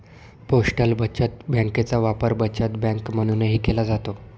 postal बचत बँकेचा वापर बचत बँक म्हणूनही केला जातो